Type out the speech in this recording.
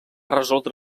resoldre